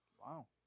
Wow